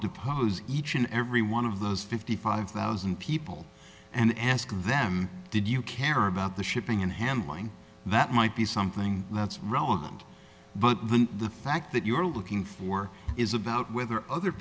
depose each and every one of those fifty five thousand people and ask them did you care about the shipping and handling that might be something that's round but the fact that you are looking for is about whether other